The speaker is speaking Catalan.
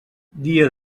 dia